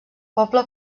poble